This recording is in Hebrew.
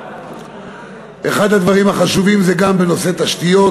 אחד הדברים החשובים הוא נושא התשתיות.